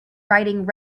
riding